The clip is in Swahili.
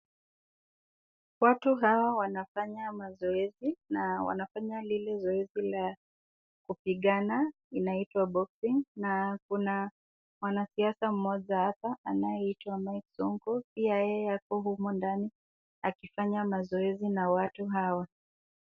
Watu hawa wanafanya mazoezi na wanafanya lile zoezi la kupigana inaitwa boxing na kuna mwanasiasa mmoja hapa anayeitwa Mike Sonko pia yeye ako humu ndani akifanya mazoezi na watu hawa.